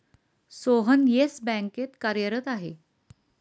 Sohan Yes बँकेत कार्यरत आहे